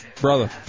Brother